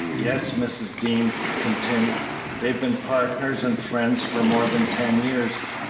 yes, mrs. dean continued they've been partners and friends for more than ten years.